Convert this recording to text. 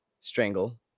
strangle